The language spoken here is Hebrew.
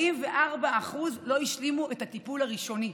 44% לא השלימו את הטיפול הראשוני.